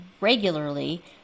regularly